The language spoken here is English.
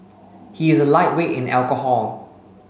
he is a lightweight in alcohol